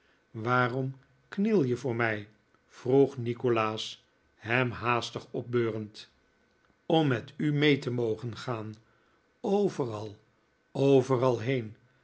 waarom kniel je voor mij vroeg nikolaas hem haastig'opbeurend om met u mee te mogen gaan overal overal heen